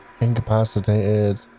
incapacitated